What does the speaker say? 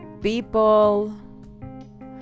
people